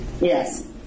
Yes